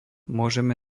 môžeme